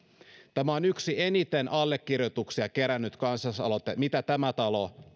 tämä on yksi eniten allekirjoituksia kerännyt kansalaisaloite mitä tämä talo